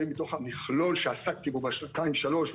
מתוך המכלול שעסקתי בו בשנתיים-שלוש,